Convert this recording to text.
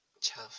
Ciao